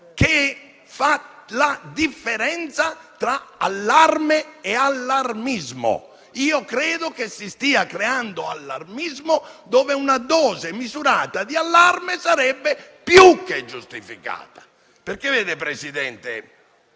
che fa la differenza tra allarme e allarmismo. Credo che si stia creando allarmismo, mentre una dose misurata di allarme sarebbe più che giustificata. Signor Presidente,